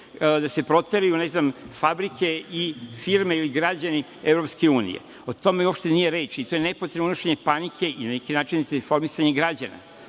da se proteraju fabrike i firme i građani EU.O tome uopšte nije reč i to je nepotrebno unošenje panike i na neki način informisanje građana.